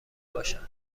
باشن